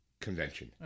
convention